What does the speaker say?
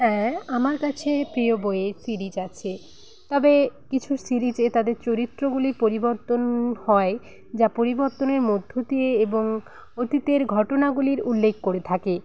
হ্যাঁ আমার কাছে প্রিয় বইয়ের সিরিজ আছে তবে কিছু সিরিজে তাদের চরিত্রগুলি পরিবর্তন হয় যা পরিবর্তনের মধ্য দিয়ে এবং অতীতের ঘটনাগুলির উল্লেখ করে থাকে